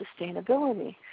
sustainability